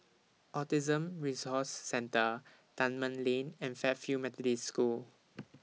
Autism Resource Centre Dunman Lane and Fairfield Methodist School